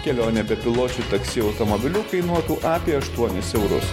kelionė bepiločiu taksi automobiliu kainuotų apie aštuonis eurus